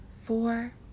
four